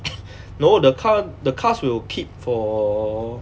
no the car the cars will keep for